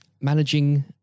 managing